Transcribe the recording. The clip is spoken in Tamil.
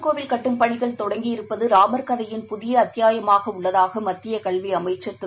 கோவில் கட்டும் பணிகள் தொடங்கியிருப்பதராமர் கதையின் ராமர் புதியஅத்தியாயமாகஉள்ளதாகமத்தியகல்விஅமைச்சர் திரு